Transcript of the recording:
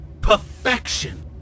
Perfection